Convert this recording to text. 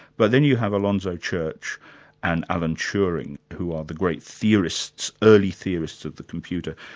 but then you have alonzo church and alan turing who are the great theorists, early theorists of the computer.